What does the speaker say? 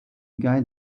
guy